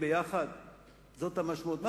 מה פירוש, רוקדים יחד?